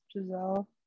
giselle